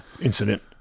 incident